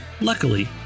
Luckily